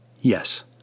Yes